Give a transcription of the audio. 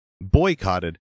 boycotted